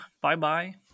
bye-bye